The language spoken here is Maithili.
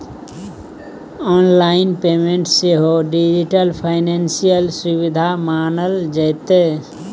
आनलाइन पेमेंट सेहो डिजिटल फाइनेंशियल सुविधा मानल जेतै